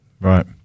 Right